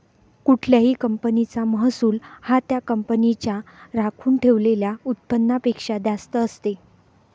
कुठल्याही कंपनीचा महसूल हा त्या कंपनीच्या राखून ठेवलेल्या उत्पन्नापेक्षा जास्त असते